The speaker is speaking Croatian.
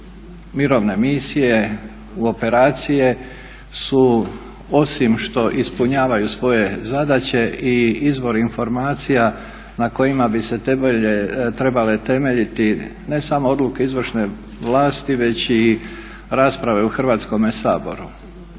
mirovne misije u operacije su osim što ispunjavaju svoje zadaće i izvor informacija na kojima bi se trebale temeljiti ne samo odluke izvršne vlasti već i rasprave u Hrvatskome saboru.